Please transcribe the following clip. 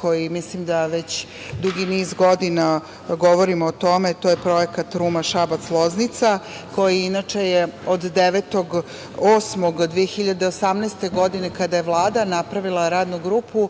koji mislim da već dugi niz godina govorimo o tome. To je Projekat Ruma - Šabac - Loznica, koji je inače od 9. avgusta 2018. godine, kada je Vlada napravila Radnu grupu,